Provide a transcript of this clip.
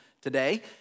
today